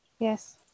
Yes